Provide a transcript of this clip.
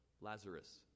lazarus